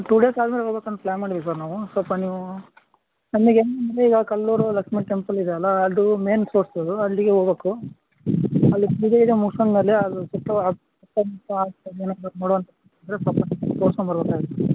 to days ಆದ್ಮೇಲೆ ಹೋಬೇಕಂತ plan ಮಾಡಿವಿ ಸರ್ ನಾವು ಸೊಲ್ಪ ನೀವು ನಮಗೆ ಏನಂದರೆ ಈಗ ಕಲ್ಲೂರು ಲಕ್ಷ್ಮಿ ಟೆಂಪಲ್ ಇದೆ ಅಲ್ಲಾ ಅದು ಮೇನ್ ಸೋರ್ಸ್ ಅದು ಅಲ್ಲಿಗೆ ಹೋಬಕು ಅಲ್ಲಿ ಪೂಜೆ ಗಿಜೆ ಮುಗ್ಸ್ಕೊಂಡು ಮೇಲೆ ಅದು ಸುತ್ಲು ನೋಡುವಂಥದ್ದು ಇದ್ದರೆ ಸ್ವಲ್ಪ ತೋರ್ಸ್ಕೊಂಡು ಬರ್ಬೆಕು